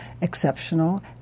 Exceptional